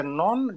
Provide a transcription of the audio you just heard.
non